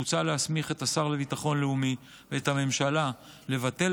מוצע להסמיך את השר לביטחון לאומי ואת הממשלה לבטל